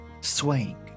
swaying